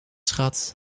schat